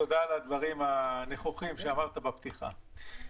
תודה על הדברים הנכוחים שאמרת בפתיחה.